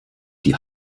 die